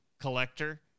collector